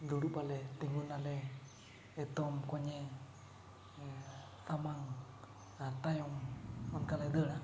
ᱫᱩᱲᱩᱵ ᱟᱞᱮ ᱛᱤᱸᱜᱩᱱᱟᱞᱮ ᱮᱛᱚᱢ ᱠᱚᱧᱮ ᱥᱟᱢᱟᱝ ᱟᱨ ᱛᱟᱭᱚᱢ ᱚᱱᱠᱟᱞᱮ ᱫᱟᱹᱲᱟ